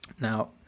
Now